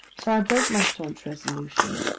so i break my staunch resolution,